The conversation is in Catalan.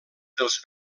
dels